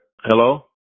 Hello